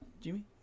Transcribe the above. Jimmy